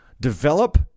develop